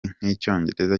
nk’icyongereza